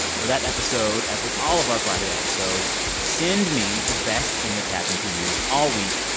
for that episode, as with all of our friday episodes, send me the best thing that's happened to you all week.